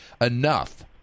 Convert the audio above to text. enough